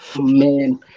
Man